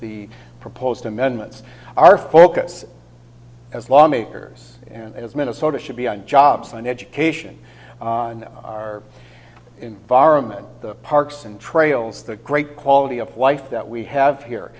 the proposed amendments our focus as lawmakers and as minnesota should be on jobs on education on our environment parks and trails the great quality of life that we have here